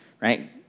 right